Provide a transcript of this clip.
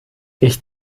ich